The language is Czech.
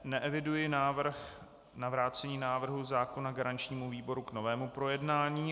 Neeviduji návrh na vrácení návrhu zákona garančnímu výboru k novému projednání.